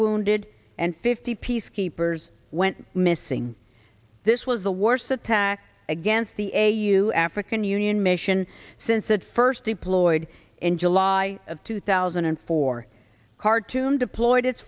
wounded and fifty peacekeepers went missing this was the worst attack against the a you african union mission since it first deployed in july of two thousand and four khartoum deployed it